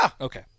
Okay